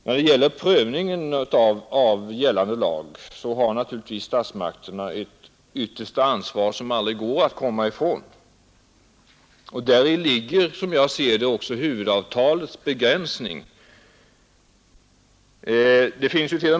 När det gäller prövningen av gällande lag har naturligtvis statsmakterna det yttersta ansvaret; det kommer man aldrig ifrån. Däri ligger också. som jag ser det, huvudavtalets begränsning.